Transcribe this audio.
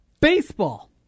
Baseball